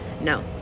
No